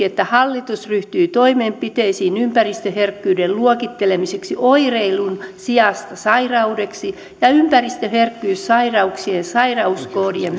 että hallitus ryhtyy toimenpiteisiin ympäristöherkkyyden luokittelemiseksi oireilun sijasta sairaudeksi ja ympäristöherkkyyssairauksien sairauskoodien